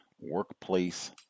workplace